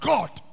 God